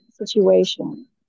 situation